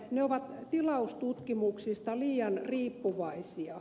ne ovat tilaustutkimuksista liian riippuvaisia